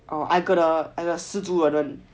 I got the